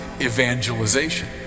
evangelization